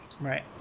Right